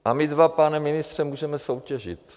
A my dva, pane ministře, můžeme soutěžit.